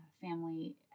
Family